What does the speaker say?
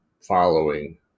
following